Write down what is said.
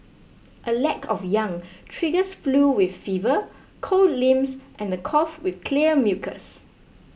a lack of yang triggers flu with fever cold limbs and a cough with clear mucus